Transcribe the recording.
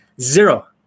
Zero